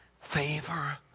favor